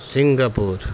Singapore